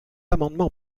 amendement